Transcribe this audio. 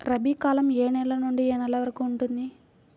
రబీ కాలం ఏ నెల నుండి ఏ నెల వరకు ఉంటుంది?